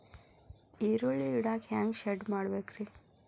ಈರುಳ್ಳಿ ಇಡಾಕ ಹ್ಯಾಂಗ ಶೆಡ್ ಮಾಡಬೇಕ್ರೇ?